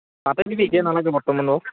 তাতে দিবি এতিয়া নালাগে বৰ্তমান বাৰু